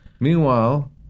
Meanwhile